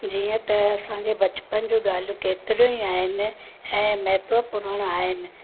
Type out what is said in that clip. जीअं त असांजे बचपन जूं ॻाल्हियूं केतरियूं ई आहिनि ऐं महत्वपूर्ण आहिनि